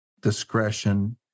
discretion